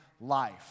life